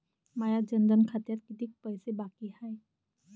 माया जनधन खात्यात कितीक पैसे बाकी हाय?